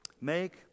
Make